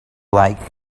like